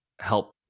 help